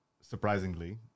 surprisingly